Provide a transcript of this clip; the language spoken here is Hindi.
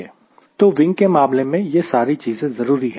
तो विंग के मामले में यह सारी चीजें जरूरी है